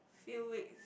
few weeks